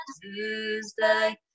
Tuesday